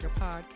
Podcast